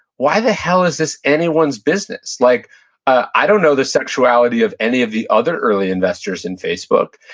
why the hell is this anyone's business? like i don't know the sexuality of any of the other early investors in facebook.